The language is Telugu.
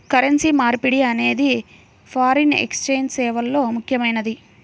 కరెన్సీ మార్పిడి అనేది ఫారిన్ ఎక్స్ఛేంజ్ సేవల్లో ముఖ్యమైనది